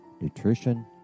nutrition